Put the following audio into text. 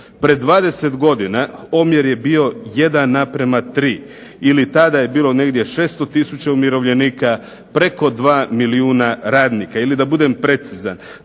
Pred 20 godina omjer je bio 1:3, ili tada je bilo negdje oko 600 tisuća umirovljenika, preko 2 milijuna radnika